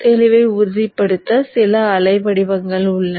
தெளிவை உறுதிப்படுத்த சில அலை வடிவங்கள் உள்ளன